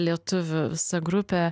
lietuvių visa grupė